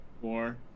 Four